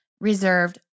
reserved